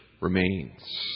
remains